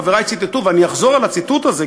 חברי ציטטו ואני אחזור על הציטוט הזה,